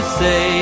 say